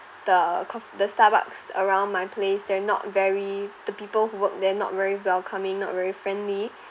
the cof~ the Starbucks around my place they're not very the people who work they're not very welcoming not very friendly